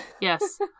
Yes